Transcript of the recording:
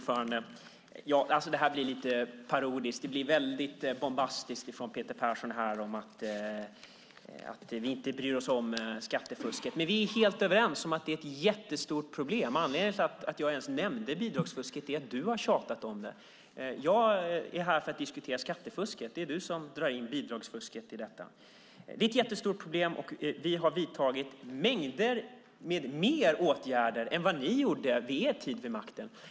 Fru talman! Det blir lite parodiskt. Det blir väldigt bombastiskt från Peter Persson om att vi inte bryr oss om skattefusket. Men vi är ju helt överens om att det är ett jättestort problem. Anledningen till att jag ens nämnde bidragsfusket är att du har tjatat om det. Jag är här för att diskutera skattefusket. Det är du som drar in bidragsfusket i diskussionen. Skattefusket är ett jättestort problem. Vi har vidtagit många flera åtgärder än vad ni vidtog under er tid vid makten.